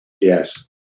Yes